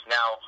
Now